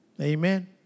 Amen